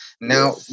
Now